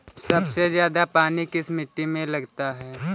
सबसे ज्यादा पानी किस मिट्टी में लगता है?